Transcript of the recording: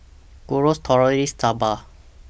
Gyros Tortillas Soba